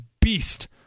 beast